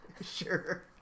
Sure